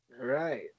right